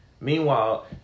Meanwhile